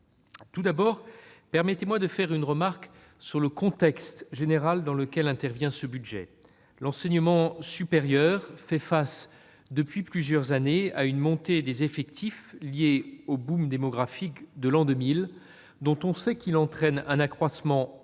étrangers. Permettez-moi de commencer par une remarque sur le contexte général dans lequel intervient ce budget. L'enseignement supérieur fait face depuis plusieurs années à une montée des effectifs liée au boom démographique de l'an 2000, dont on sait qu'il entraîne un accroissement automatique